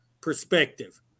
perspective